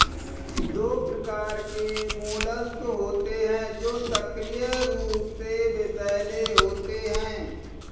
दो प्रकार के मोलस्क होते हैं जो सक्रिय रूप से विषैले होते हैं